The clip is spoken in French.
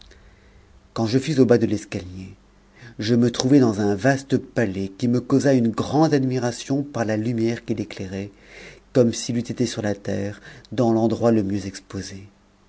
quand je fus au bas de l'escalier je me trouvai dans un vaste palais qui me causa une grande admiration par la lumière qui l'éclairait comme s'il eût été sur la terre dans l'endroit le mieux exposé